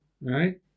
Right